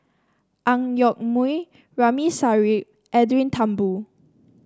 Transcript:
Ang Yoke Mooi Ramli Sarip and Edwin Thumboo